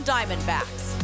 Diamondbacks